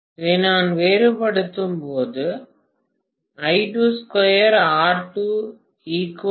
நான் இதை வேறுபடுத்தும்போது அது இருக்கும்